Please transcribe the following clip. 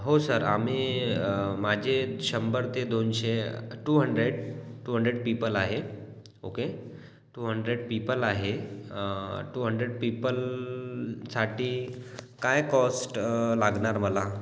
हो सर आम्ही माझे शंभर ते दोनशे two hundred two hundred people आहे okay two hundred people आहे टू हंड्रेड पीपलसाठी काय कॉस्ट लागणार मला